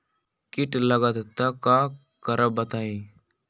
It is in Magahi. कीट लगत त क करब बताई?